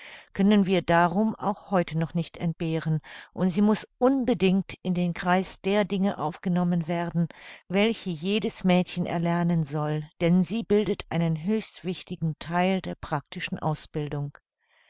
können wir darum auch heute noch nicht entbehren und sie muß unbedingt in den kreis der dinge aufgenommen werden welche jedes mädchen erlernen soll denn sie bildet einen höchst wichtigen theil der praktischen ausbildung